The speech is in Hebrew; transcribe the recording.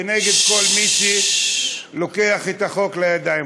ואנחנו נגד כל מי שלוקח את החוק לידיים,